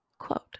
quote